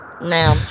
Now